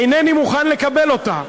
אינני מוכן לקבל אותה.